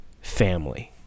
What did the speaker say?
family